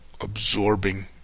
absorbing